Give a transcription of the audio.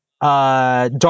Dark